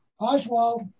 Oswald